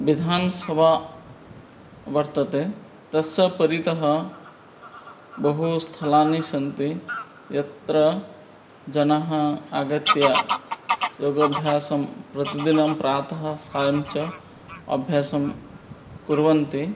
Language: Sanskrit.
विधानसभा वर्तते तस्य परितः बहुस्थलानि सन्ति यत्र जनाः आगत्य योगाभ्यासं प्रतिदिनं प्रातः सायं च अभ्यासं कुर्वन्ति